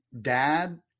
dad